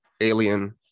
Alien